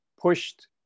pushed